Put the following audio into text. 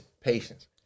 patience